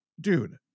Dude